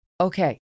okay